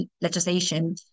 legislation